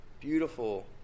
beautiful